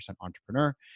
Entrepreneur